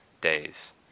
days